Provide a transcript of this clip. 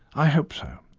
i hope so.